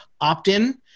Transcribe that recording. opt-in